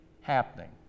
happening